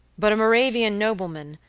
but a moravian nobleman,